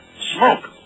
Smoke